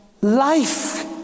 life